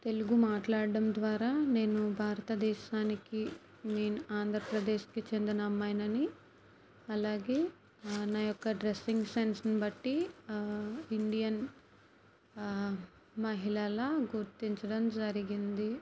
తెలుగు మాట్లాడడం ద్వారా నేను భారతదేశానికి నేను ఆంధ్రప్రదేశ్కి చెందిన అమ్మాయిని అని అలాగే నా యొక్క డ్రెస్సింగ్ సెన్స్ని బట్టి ఇండియన్ మహిళల గుర్తించడం జరిగింది